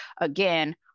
Again